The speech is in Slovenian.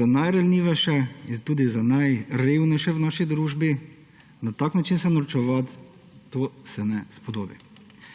za najranljivejše in tudi za najrevnejše v naši družbi, na tak način se norčevati, to se ne spodobi.